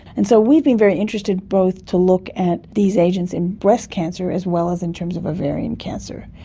and so we've been very interested both to look at these agents in breast cancer as well as in terms of ovarian cancer.